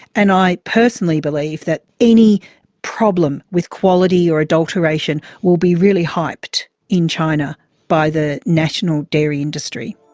and i personally believe that any problem with quality or adulteration will be really hyped in china by the national dairy industry.